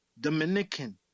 Dominican